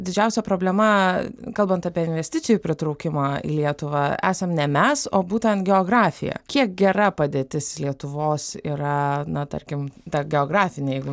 didžiausia problema kalbant apie investicijų pritraukimą į lietuvą esam ne mes o būtent geografija kiek gera padėtis lietuvos yra na tarkim ta geografinė jeigu